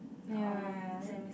ya ya